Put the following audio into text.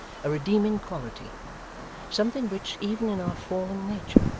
a redeeming quality something which, even in our fallen nature,